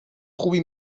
خوبی